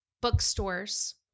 bookstores